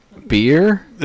Beer